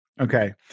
Okay